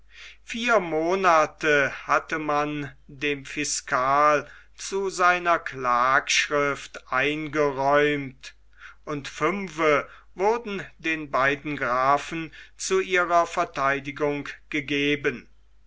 vier monate hatte man dem fiskal zu seiner klagschrift eingeräumt und fünfe wurden den beiden grafen zu ihrer vertheidigung gegeben